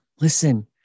Listen